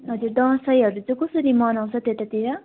हजुर दसैँहरू चाहिँ कसरी मनाउँछ त्यतातिर